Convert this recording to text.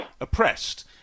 oppressed